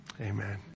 Amen